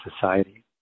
society